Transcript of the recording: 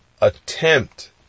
attempt